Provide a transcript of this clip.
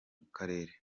karere